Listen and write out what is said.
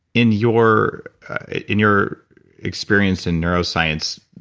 in your in your experience in neuroscience,